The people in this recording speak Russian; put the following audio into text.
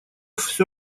всё